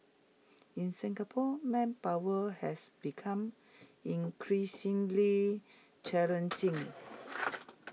in Singapore manpower has become increasingly challenging